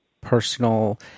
personal